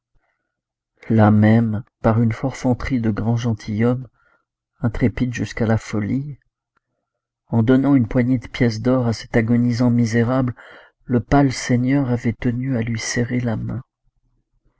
là même par une forfanterie de grand gentilhomme intrépide jusqu'à la folie en donnant une poignée de pièces d'or à cet agonisant misérable le pâle seigneur avait tenu à lui serrer la main